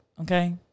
Okay